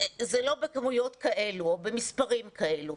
זה לא במספרים כאלו.